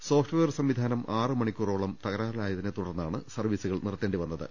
software സംവി ധാനം ആറ് മണിക്കൂറോളം തകരാറിലായതിനെ തുടർന്നാണ് സർവീ സുകൾ നിർത്തേണ്ടി വന്നത്